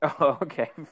Okay